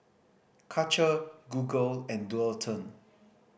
Karcher Google and Dualtron